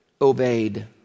obeyed